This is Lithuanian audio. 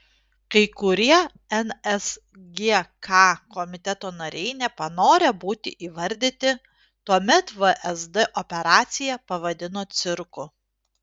kai kurie nsgk komiteto nariai nepanorę būti įvardyti tuomet vsd operaciją pavadino cirku